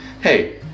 hey